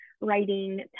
writing